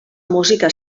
música